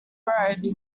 robes